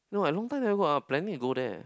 no I long time never go ah planning to go there